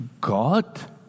God